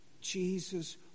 Jesus